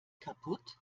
kaputt